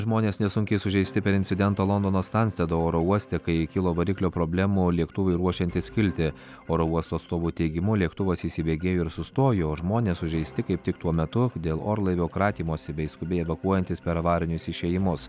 žmonės nesunkiai sužeisti per incidentą londono stanstedo oro uoste kai kilo variklio problemų lėktuvui ruošiantis kilti oro uosto atstovų teigimu lėktuvas įsibėgėjo ir sustojo žmonės sužeisti kaip tik tuo metu dėl orlaivio kratymosi bei skubiai evakuojantis per avarinius išėjimus